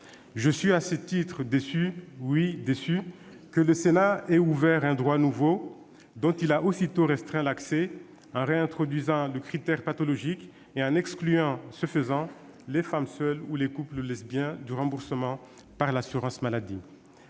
Je suis, à ce titre, déçu- oui, déçu ! -que le Sénat ait ouvert un droit nouveau pour aussitôt en restreindre l'accès, en réintroduisant le critère pathologique et en excluant, ce faisant, les femmes seules ou les couples lesbiens du remboursement par l'assurance maladie.